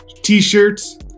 T-shirts